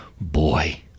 boy